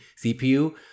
cpu